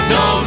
no